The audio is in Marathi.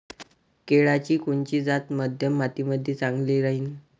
केळाची कोनची जात मध्यम मातीमंदी चांगली राहिन?